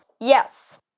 Yes